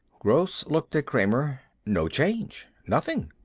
gross looked at kramer. no change. nothing.